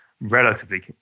relatively